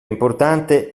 importante